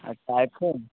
अच्छा आईफ़ोन